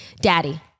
daddy